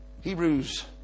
Hebrews